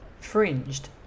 fringed